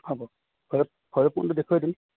হ'ব ভৈৰৱকুণ্ড দেখুৱাই দিম